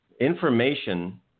information